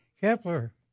Kepler